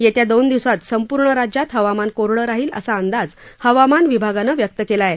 येत्या दोन दिवसांत संपूर्ण राज्यात हवामान कोरडं राहील असा अंदाज हवामान विभागानं व्यक्त केला आहे